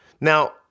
Now